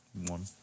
One